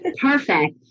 perfect